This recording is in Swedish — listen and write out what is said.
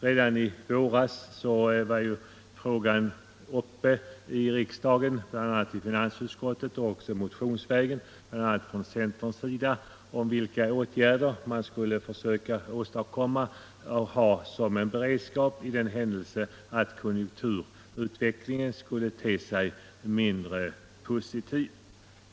Redan i våras var frågan uppe i riksdagen och i finansutskottet, bl.a. motionsvägen från centern” sida om vilka åtgärder man borde vidta för att åstadkomma en beredskap i den händelse konjunkturutvecklingen skulle te sig mindre positiv.